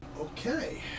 Okay